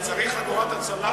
אתה צריך חגורת הצלה?